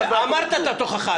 אז --- אמרת את התוכחה.